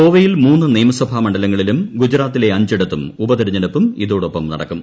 ഗോവയിൽ മൂന്ന് നിയമസഭാ മണ്ഡലങ്ങളിലും ഗുജറാത്തില്ലെ അഞ്ചിടത്തും ഉപതെരഞ്ഞെടുപ്പും ഇതോടൊപ്പം നടക്കും